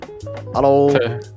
Hello